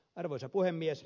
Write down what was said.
arvoisa puhemies